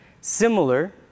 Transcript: similar